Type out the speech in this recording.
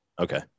Okay